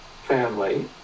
family